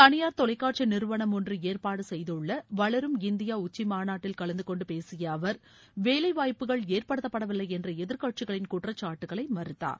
தனியார் தொலைக்காட்சி நிறுவனம் ஒன்று ஏற்பாடு செய்துள்ள வளரும் இந்தியா உச்சி மாநாட்டில் கலந்தகொண்டு பேசிய அவர் வேலைவாய்ப்புகள் ஏற்படுத்தப்படவில்லை என்ற எதிர்கட்சிகளின் குற்றச்சாட்டுகளை மறுத்தார்